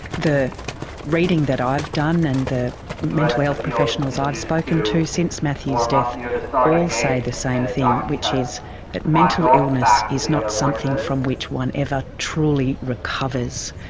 the reading that i've done and the mental health professionals i've spoken to since matthew's death all say the same thing, which is that mental illness is not something from which one ever truly recovers,